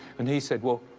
and he said, well,